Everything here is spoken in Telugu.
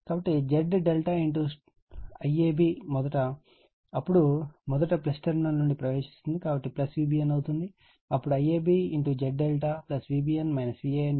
కాబట్టి Z∆ IAB అప్పుడు మొదట టెర్మినల్ నుండి ప్రవేశిస్తుంది కాబట్టి V bn అవుతుంది అప్పుడు IABZVbn Van0 అవుతుంది